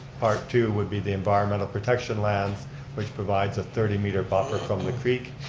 part two would be the environmental protection lands which provides a thirty meter buffer from the creek.